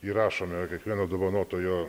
įrašome kiekvieno dovanotojo